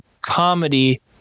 comedy